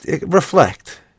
reflect